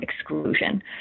exclusion